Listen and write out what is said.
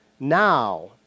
Now